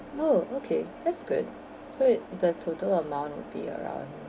oh okay that's good so i~ the total amount will be around